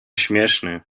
śmieszny